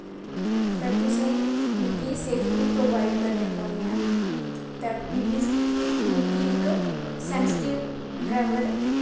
ते तुसें मिगी सेफ्टी प्रोवाईड़ करनें पौंनी ऐं ते पलींज़ मिगी इक सैंसटिव ड्राईवर